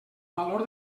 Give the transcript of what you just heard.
valor